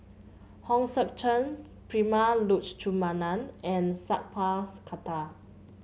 Hong Sek Chern Prema Letchumanan and Sat Pal's Khattar